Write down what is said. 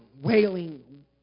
wailing